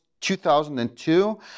2002